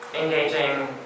engaging